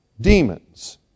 demons